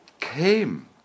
came